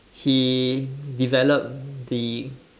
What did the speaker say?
he developed the